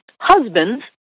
husbands